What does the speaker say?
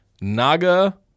naga